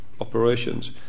operations